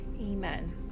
amen